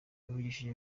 yavugishije